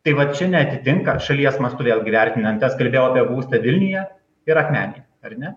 tai va čia neatitinka šalies mastu vėlgi vertinant tas kalbėjau apie būstą vilniuje ir akmenėje ar ne